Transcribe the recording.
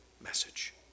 message